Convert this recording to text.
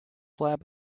lab